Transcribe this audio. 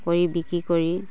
কৰি বিক্ৰী কৰি